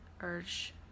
urge